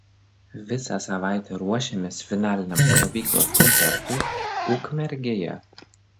visą savaitę ruošėmės finaliniam stovyklos koncertui ukmergėje